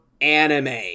anime